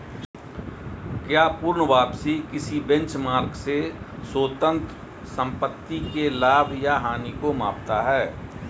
क्या पूर्ण वापसी किसी बेंचमार्क से स्वतंत्र संपत्ति के लाभ या हानि को मापता है?